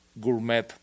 gourmet